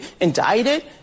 indicted